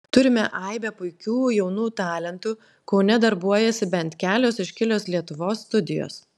turime aibę puikių jaunų talentų kaune darbuojasi bent kelios iškilios lietuvos studijos